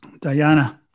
Diana